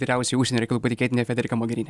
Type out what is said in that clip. vyriausioji užsienio reikalų patikėtinė fedirka mogerini